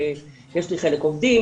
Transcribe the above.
יש לי חלק עובדים,